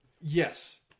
Yes